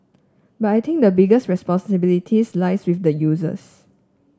but I think the biggest responsibility lies with the users